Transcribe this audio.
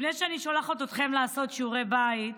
לפני שאני שולחת אתכם לעשות שיעורי בית,